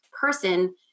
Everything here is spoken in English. person